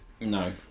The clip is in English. No